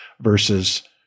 versus